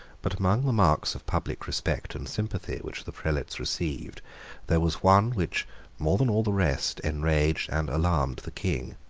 but among the marks of public respect and sympathy which the prelates received there was one which more than all the rest enraged and alarmed the king.